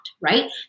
right